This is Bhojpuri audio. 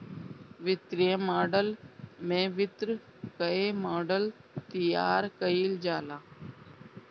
वित्तीय मॉडल में वित्त कअ मॉडल तइयार कईल जाला